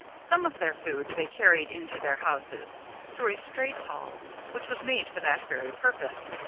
some of their food they carried into their houses through a straight hall which was made for that very purpose.